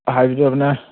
হাইব্ৰীডৰ আপোনাৰ